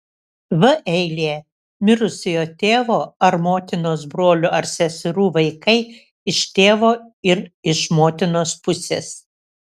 v eilė mirusiojo tėvo ar motinos brolių ar seserų vaikai iš tėvo ir iš motinos pusės